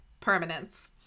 Permanence